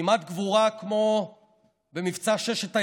כמעט גבורה כמו במבצע ששת הימים,